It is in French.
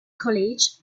college